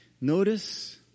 Notice